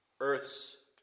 earth's